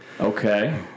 okay